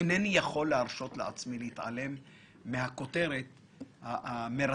אינני יכול להרשות לעצמי להתעלם מהכותרת המרתקת,